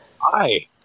Hi